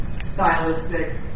stylistic